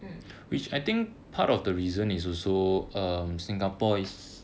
mm